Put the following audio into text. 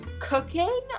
Cooking